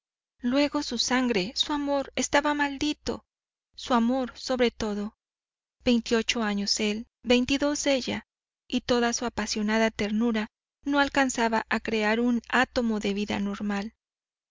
luego su sangre su amor estaba maldito su amor sobre todo veintiocho años él veintidós ella y toda su apasionada ternura no alcanzaba a crear un átomo de vida normal